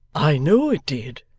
i know it did